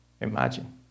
Imagine